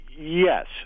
Yes